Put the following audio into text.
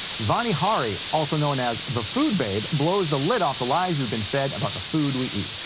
vani hari, also known as the food babe, blows the lid off the lies we've been fed about the food we eat.